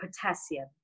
potassium